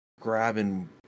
grabbing